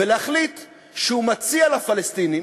ולהחליט שהוא מציע לפלסטינים